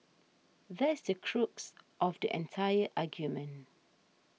that's the crux of the entire argument